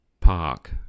park